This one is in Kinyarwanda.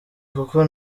kuko